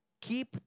keep